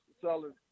sellers